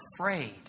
afraid